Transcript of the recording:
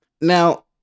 Now